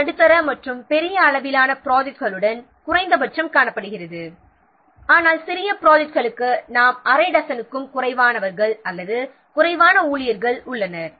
இது நடுத்தர மற்றும் பெரிய அளவிலான ப்ராஜெக்ட்களுடன் குறைந்தபட்சம் காணப்படுகிறது ஆனால் சிறிய ப்ராஜெக்ட் களுக்கு அரை டஜனுக்கும் குறைவான ஊழியர்கள் உள்ளனர்